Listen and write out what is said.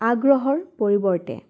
আগ্ৰহৰ পৰিৱৰ্তে